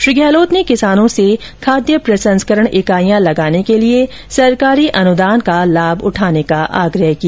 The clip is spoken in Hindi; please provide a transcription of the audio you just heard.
श्री गहलोत ने किसानों से खाद्य प्रसंस्करण इकाईयां लगाने के लिए सरकारी अनुदान का लाभ उठाने का आग्रह किया